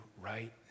right